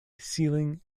ceiling